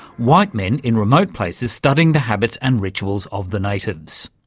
white men in remote places studying the habits and rituals of the natives.